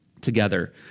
together